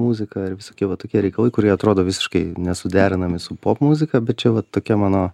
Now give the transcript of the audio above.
muzika ir visokie va tokie reikalai kurie atrodo visiškai nesuderinami su popmuzika bet čia vat tokia mano